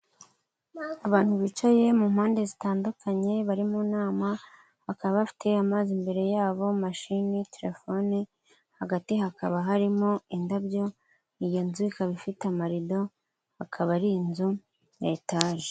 Abantu bicaye mu mpande zitandukanye bari mu nama, bakaba bafite amazi imbere yabo mashini, telefone, hagati hakaba harimo indabyo, iyo nzu ikaba ifite amarido, akaba ari inzu ya etaje.